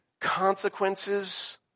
Consequences